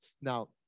Now